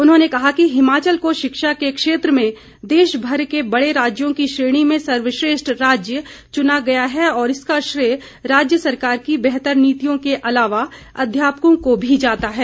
उन्होंने कहा कि हिमाचल को शिक्षा के क्षेत्र में देशभर के बड़े राज्यों की श्रेणी में सर्वश्रेष्ठ राज्य चुना गया है और इसका श्रेय राज्य सरकार की बेहतर नीतियों के अलावा अध्यापकों को भी जाता है